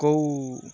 କଉ